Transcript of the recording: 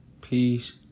Peace